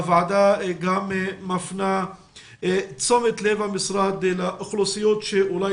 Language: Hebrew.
הוועדה גם מפנה תשומת לב המשרד לאוכלוסיות שאולי